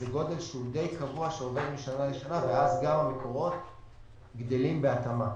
זה גודל קבוע למדי שעובר משנה לשנה ואז גם המקורות גדלים בהתאמה.